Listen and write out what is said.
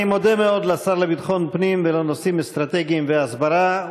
אני מודה מאוד לשר לביטחון הפנים ולנושאים אסטרטגיים והסברה.